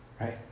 right